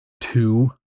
two